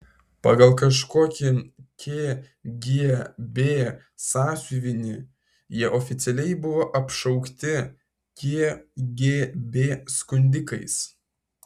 pagal kažkokį kgb sąsiuvinį jie oficialiai buvo apšaukti kgb skundikais